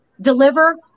deliver